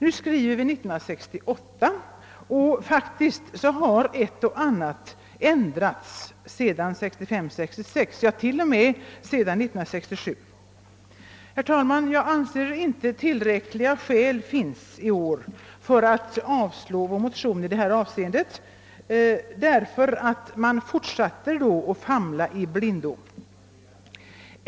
Nu skriver vi 1968 och faktiskt har ett och annat ändrats sedan dess, ja, t.o.m. sedan 1967. Herr talman! Jag anser inte att tillräckliga skäl finns i år för att avslå vår motion i detta avseende, därför att man därigenom fortsätter att famla i blindo.